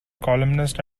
columnist